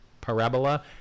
parabola